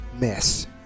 mess